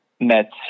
met